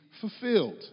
fulfilled